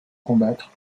combattre